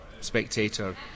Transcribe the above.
spectator